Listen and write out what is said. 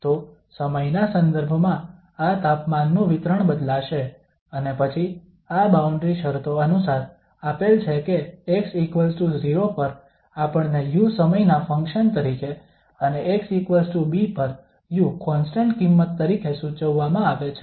તો સમયના સંદર્ભમાં આ તાપમાનનું વિતરણ બદલાશે અને પછી આ બાઉન્ડ્રી શરતો અનુસાર આપેલ છે કે x0 પર આપણને u સમયના ફંક્શન તરીકે અને xb પર u કોન્સ્ટંટ કિંમત તરીકે સૂચવવામાં આવે છે